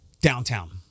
downtown